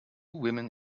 women